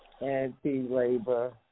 anti-labor